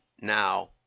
Now